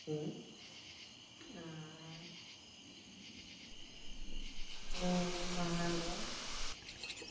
ᱥᱤᱢ ᱟᱨ ᱯᱩᱱ ᱢᱟᱦᱟ ᱫᱚ